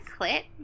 clit